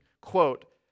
Quote